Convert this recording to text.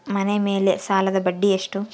ಮನೆ ಮೇಲೆ ಸಾಲದ ಬಡ್ಡಿ ಎಷ್ಟು?